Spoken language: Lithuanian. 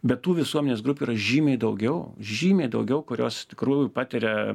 bet tų visuomenės grupių yra žymiai daugiau žymiai daugiau kurios iš tikrųjų patiria